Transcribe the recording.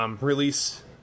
release